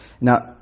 Now